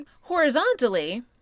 Horizontally